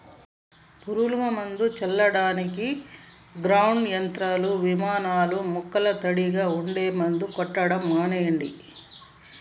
పురుగు మందులను చల్లడానికి గ్రౌండ్ యంత్రాలు, విమానాలూ మొక్కలు తడిగా ఉంటే మందు కొట్టడం మానెయ్యండి